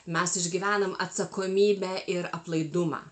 mes išgyvenam atsakomybę ir aplaidumą